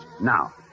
Now